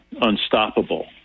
unstoppable